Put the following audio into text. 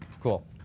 cool